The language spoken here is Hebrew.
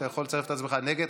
אתה יכול לצרף את עצמך, נגד.